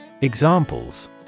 Examples